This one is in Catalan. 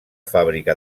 fàbrica